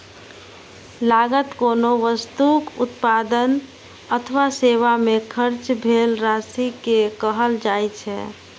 लागत कोनो वस्तुक उत्पादन अथवा सेवा मे खर्च भेल राशि कें कहल जाइ छै